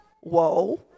whoa